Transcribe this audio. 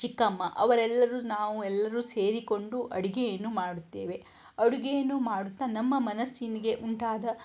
ಚಿಕ್ಕಮ್ಮ ಅವರೆಲ್ಲರೂ ನಾವು ಎಲ್ಲರೂ ಸೇರಿಕೊಂಡು ಅಡುಗೆಯನ್ನು ಮಾಡುತ್ತೇವೆ ಅಡುಗೆಯನ್ನು ಮಾಡುತ್ತಾ ನಮ್ಮ ಮನಸ್ಸಿಗೆ ಉಂಟಾದ